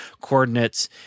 coordinates